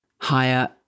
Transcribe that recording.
higher